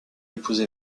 épousé